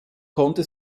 konnte